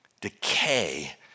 decay